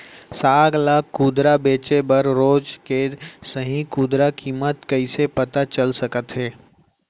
साग ला खुदरा बेचे बर रोज के सही खुदरा किम्मत कइसे पता चल सकत हे?